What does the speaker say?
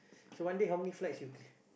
so one day how many flights you